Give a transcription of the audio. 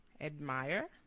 Admire